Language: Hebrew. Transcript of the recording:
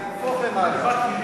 זה יהפוך למאגר.